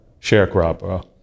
sharecropper